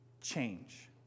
change